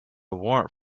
warrant